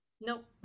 nope